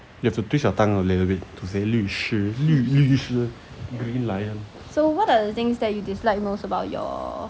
you have to twist your tongue little bit to say 律师律师 green lion